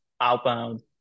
outbound